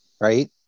right